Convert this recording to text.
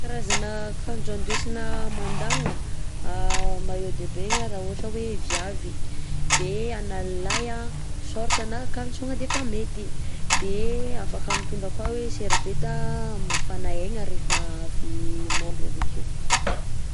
Karazana akanjo andesina mandagnona a: maillot de bain raha ohatra hoe viavy, de ana lilahy a short na caleçon de efa mety, de afaka mitondra koà hoe serviette hamafana egna rehefa avy mandro avy akeo.